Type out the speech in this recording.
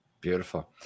Beautiful